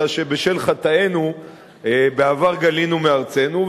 אלא שבשל חטאינו בעבר גלינו מארצנו,